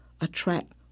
attract